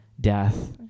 death